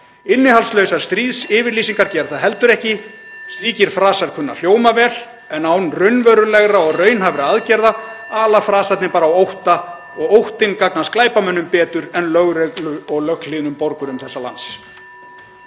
Innihaldslausar stríðsyfirlýsingar gera það heldur ekki. Slíkir frasar kunna að hljóma vel en án raunverulegra (Forseti hringir.) og raunhæfra aðgerða ala frasarnir bara á ótta og óttinn gagnast glæpamönnum betur en lögreglu og löghlýðnum borgurum þessa lands.